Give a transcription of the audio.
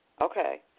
Okay